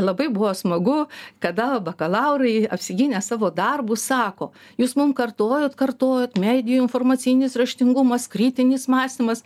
labai buvo smagu kada bakalaurai apsigynę savo darbus sako jūs mum kartojot kartojot medijų informacinis raštingumas kritinis mąstymas